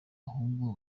ahubwo